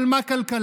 אבל מה כלכלה?